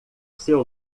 seu